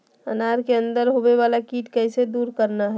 अनार के अंदर होवे वाला कीट के कैसे दूर करना है?